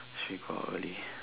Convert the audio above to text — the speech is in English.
should we go out early